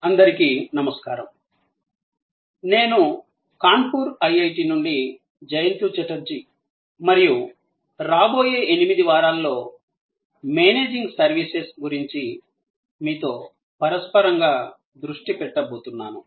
అందరికీ నమస్కారం నేను కాన్పూర్ ఐఐటి నుండి జయంత ఛటర్జీ మరియు రాబోయే 8 వారాల్లో మేనేజింగ్ సర్వీసెస్ గురించి మీతో పరస్పరంగా దృష్టి పెట్టబోతున్నాను